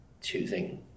choosing